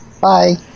Bye